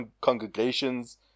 congregations